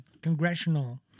congressional